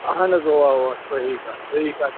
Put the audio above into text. اَہن حظ اَوا اَوا صحیح کتھ صحیح کتھ